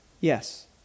Yes